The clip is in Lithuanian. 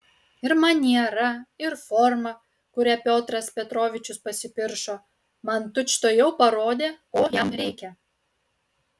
ir maniera ir forma kuria piotras petrovičius pasipiršo man tučtuojau parodė ko jam reikia